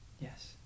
Yes